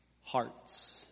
hearts